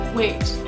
wait